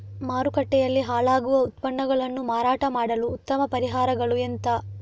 ಮಾರುಕಟ್ಟೆಯಲ್ಲಿ ಹಾಳಾಗುವ ಉತ್ಪನ್ನಗಳನ್ನು ಮಾರಾಟ ಮಾಡಲು ಉತ್ತಮ ಪರಿಹಾರಗಳು ಎಂತ?